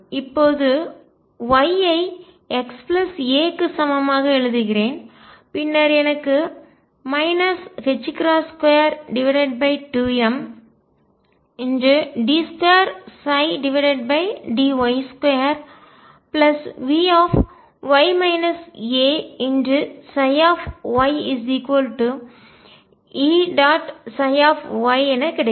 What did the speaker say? இப்போது Y ஐ x a க்கு சமமாக எழுதுகிறேன் பின்னர் எனக்கு 22md2dy2Vy ayEψy என கிடைக்கும்